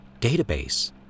database